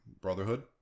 brotherhood